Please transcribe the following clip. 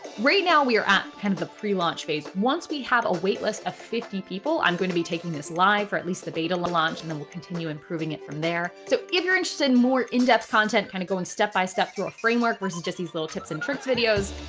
right now we are at kind of the pre launch phase. once we have a waitlist of fifty people, i'm going to be taking this live for at least the beta launch and it and will continue improving it from there. so if you're interested in more in-depth content, kind of go in step by step through a framework, which is just these little tips and tricks videos,